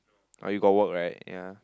but you got work right ya